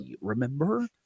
Remember